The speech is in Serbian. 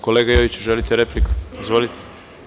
Kolega Jojiću, želite repliku? (Da.) Izvolite.